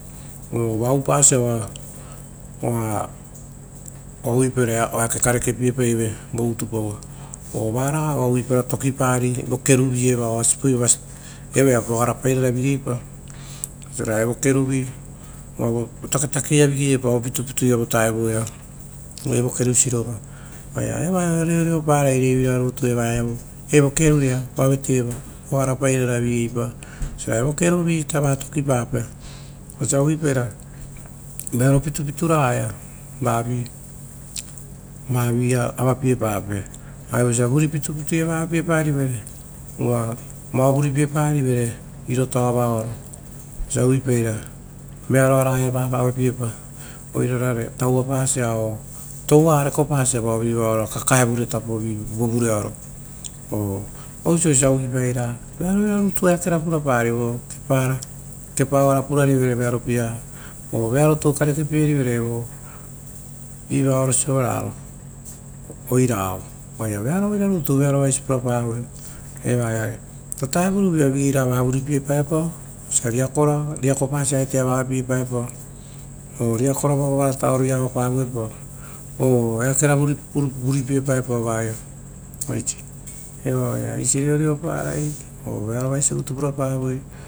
Oo vao oupasia oa uvaipa eakekare kepieve o utupaoa, oo varaga ita eva oa uvapara tokipari vo kenivi eva oa sipoivora. Evoia pogara pairara vovigeipa oisi ra evo keruvi ora vo pitupitu ia vigei epao vovutaoia, evo keru sirova oaia evaia reoreopara reivira rutu evaia evo keruai oa vatei va pogara pairara vo vigeipai. Osia evo keru vi tokipape vearo pitupitu ragaia vavi avapie pape arivosia vuri pitapita ragaia va avapie parivere ra vao vuripie parivere rioto varo osia uvaipara veaua ragaia va avapie pari oirara taurapasa, toua rekopasa kakaevare apo voea vii oo oisio osia uvuipa vearo viraraga eakero purapariv kepara, kepara purarivere vearopia oo vearotu karekepie rivere vivaro sovaraia toua, oaia vearo voisi rutu pura pavoi evaia uvutarovuia vigei raga va vuri piepao vosia riakopa sieateia a auepiepari oo riakora vo varataro ia vaavapie parivopa oo eakera varipie paro vaia eisi eva oaia eisi reoreopara vearo uaisi rutu pura pavoi.